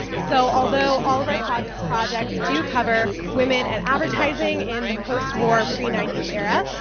so although all of our projects projects do cover women and advertising in the post war pre ninety s era,